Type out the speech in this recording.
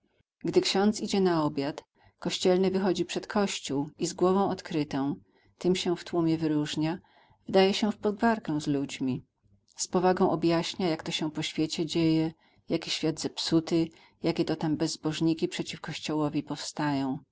gdy ksiądz idzie na obiad kościelny wychodzi przed kościół i z głową odkrytą tem się w tłumie wyróżnia wdaje się w pogwarkę z ludźmi z powagą objaśnia jak się to po świecie dzieje jaki świat zepsuty jakie to tam bezbożniki przeciw kościołowi powstają